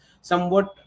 somewhat